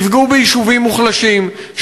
תפגעו ביישובים מוחלשים,